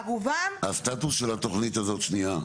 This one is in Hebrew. הסטטוס של התוכנית הזאת שנייה?